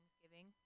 Thanksgiving